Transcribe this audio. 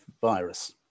virus